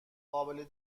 قابل